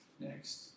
Next